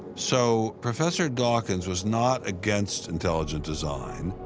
so professor dawkins was not against intelligent design,